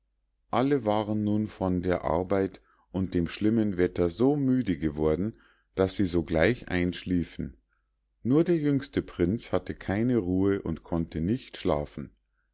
alle waren nun von der arbeit und dem schlimmen wetter so müde geworden daß sie sogleich einschliefen nur der jüngste prinz hatte keine ruhe und konnte nicht schlafen